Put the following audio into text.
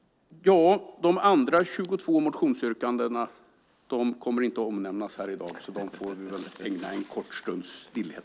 De andra 22 motionsyrkandena kommer inte att omnämnas här i dag, så dem får vi ägna en kort stunds stillhet.